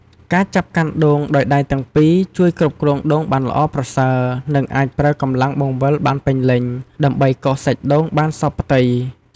ការចាប់កាន់ដូងដោយដៃទាំងពីរជួយគ្រប់គ្រងដូងបានល្អប្រសើរ និងអាចប្រើកម្លាំងបង្វិលបានពេញលេញ ដើម្បីកោសសាច់ដូងបានសព្វផ្ទៃ។